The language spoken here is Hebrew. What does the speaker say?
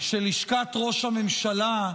שלשכת ראש הממשלה,